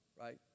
right